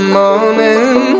morning